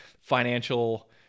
financial